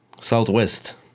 Southwest